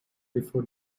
before